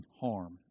harm